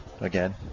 again